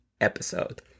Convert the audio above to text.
episode